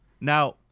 Now